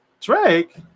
Drake